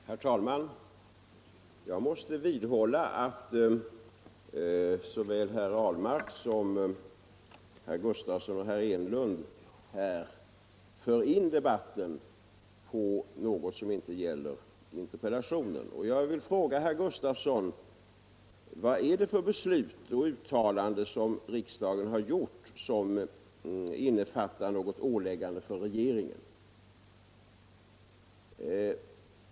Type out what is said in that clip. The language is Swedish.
Herr talman! Jag måste vidhålla att såväl herr Ahlmark som herrar Gustavsson i Alvesta och Enlund för in debatten på något som inte gäller interpellationen. Och jag vill fråga herr Gustavsson: Vad är det för beslut och uttalande som riksdagen har gjort som innefattar något åläggande för regeringen?